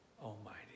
almighty